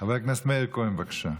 חבר הכנסת מאיר כהן, בבקשה.